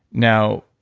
now,